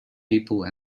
people